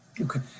Okay